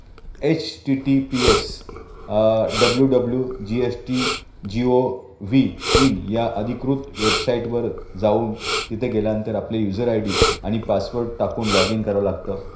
H T T P S W W G S T G O V in या अधिकृत वेबसाईटवर जाऊन तिथे गेल्यानंतर आपले युजर आय डी आणि पासवर्ड टाकून लॉगिंग करावं लागतं